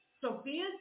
Sophia